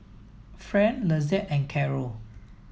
Fran Lizette and Carrol